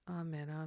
amen